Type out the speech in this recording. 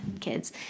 kids